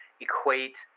equate